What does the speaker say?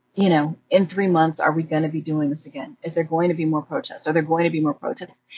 you know, in three months, are we gonna be doing this again? is there going to be more protests? are there going to be more protests?